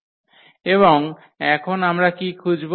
এবং এখন আমরা কী খুঁজব